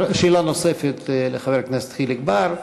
שאלה נוספת לחבר הכנסת חיליק בר,